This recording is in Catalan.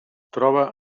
troba